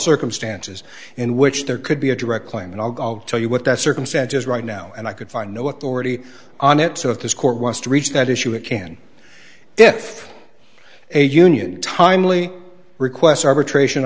circumstances in which there could be a direct claim and i'll tell you what that circumstance is right now and i could find no authority on it so if this court wants to reach that issue it can if a union timely requests arbitration